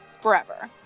forever